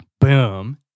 Boom